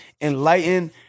Enlighten